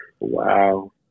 Wow